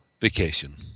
vacation